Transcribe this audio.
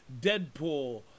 Deadpool